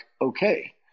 okay